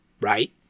right